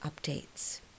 updates